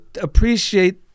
appreciate